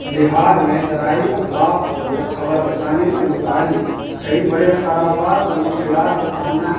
بہار میں زرائع ابلاغ کو خبر رسانی سے متعلق کئی بڑے اختلافات اور مشکلات کا سامنا ہے